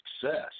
success